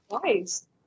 twice